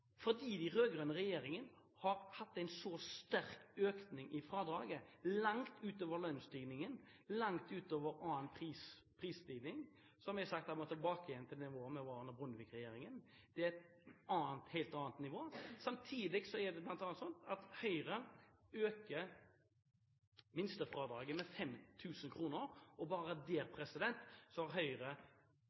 fordi den rød-grønne regjeringen har hatt en så sterk økning i fradraget – langt utover lønnsstigningen, langt utover annen prisstigning – må vi tilbake igjen til det nivået vi hadde under Bondevik-regjeringen. Det er et helt annet nivå. Samtidig er det bl.a. sånn at Høyre øker minstefradraget med 5 000 kr, og bare med det har Høyre